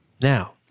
Now